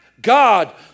God